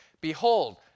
Behold